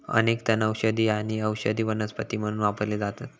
अनेक तण औषधी आणि औषधी वनस्पती म्हणून वापरले जातत